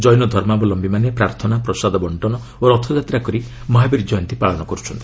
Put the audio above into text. ଜୈନ ଧର୍ମାବଲୟିମାନେ ପ୍ରାର୍ଥନା ପ୍ରସାଦ ବଙ୍କନ ଓ ରଥଯାତ୍ରା କରି ମହାବୀର ଜୟନ୍ତୀ ପାଳନ କରୁଛନ୍ତି